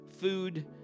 food